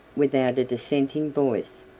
without a dissenting voice,